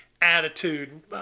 attitude